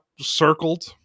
circled